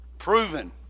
proven